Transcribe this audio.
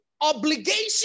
obligation